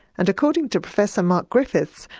and according to professor mark griffiths,